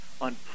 on